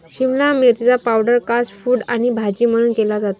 शिमला मिरचीचा वापर fast food आणि भाजी म्हणून केला जातो